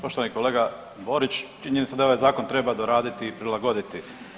Poštovani kolega Borić činjenica je da ovaj zakon treba doraditi i prilagoditi.